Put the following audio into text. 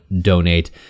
donate